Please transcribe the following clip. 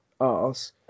ass